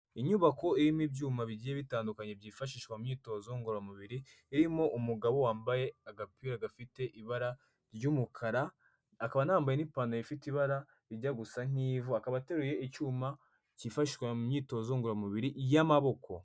Inyubako irimo ibyuma bigiye bitandukanye byifashishwa mu myitozo ngororamubiri irimo umugabo wambaye agapira gafite ibara ry'umukara akaba anambaye n'ipantaro ifite ibara rijya gusa nk'ivu akaba ateruye icyuma cyifashishwa mu myitozo ngoramubiri y'amaboko.